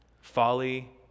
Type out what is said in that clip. Folly